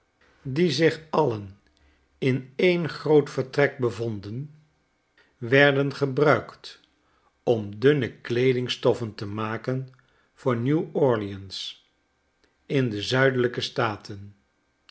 die zich alien in een groot vertrek bevonden werden gebruikt ora dunne kleedingstoffen te maken voor new-orleans in de zuidelijke staten